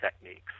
techniques